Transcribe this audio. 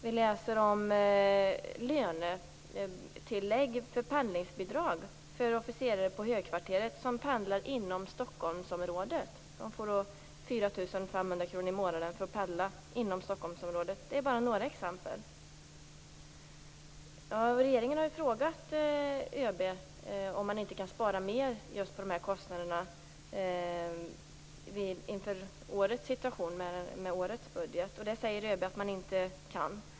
Vi läser om lönetillägg i form av pendlingsbidrag till officerare på högkvarteret, som får 4 500 kr i månaden för att de pendlar inom Stockholmsområdet. Detta är bara några exempel. Regeringen har ju frågat ÖB om det inte går att spara mer på just dessa kostnader inför situationen med årets budget. Det säger ÖB att man inte kan.